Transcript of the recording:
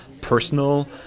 personal